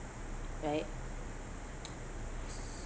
right